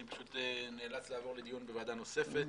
אני נאלץ לעבור לדיון בוועדה נוספת,